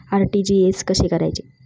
RTGS कसे करायचे?